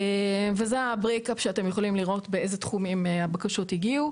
זה הפיצול שבו אתם יכולים לראות באילו תחומים הבקשות הגיעו,